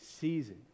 season